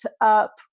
up